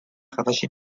ravagée